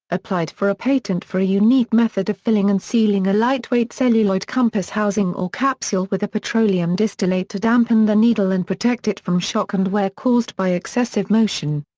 applied for a patent for a unique method of filling and sealing a lightweight celluloid compass housing or capsule with a petroleum distillate to dampen the needle and protect it from shock and wear caused by excessive motion.